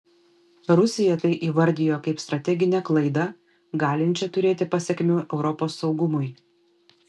rusija tai įvardijo kaip strateginę klaidą galinčią turėti pasekmių europos saugumui